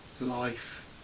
Life